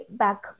back